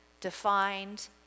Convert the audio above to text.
defined